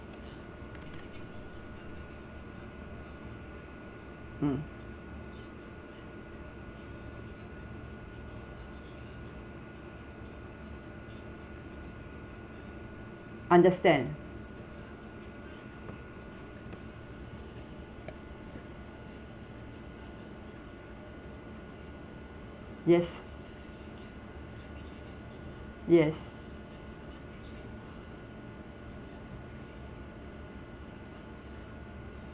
mm understand yes yes